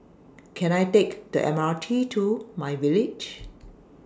Can I Take The M R T to MyVillage